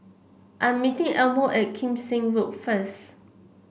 I'm meeting Elmo at Kim Seng Road first